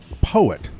poet